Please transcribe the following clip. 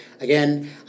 again